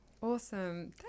Awesome